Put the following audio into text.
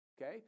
Okay